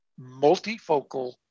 multifocal